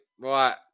Right